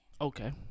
Okay